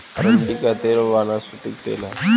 अरंडी का तेल वनस्पति तेल है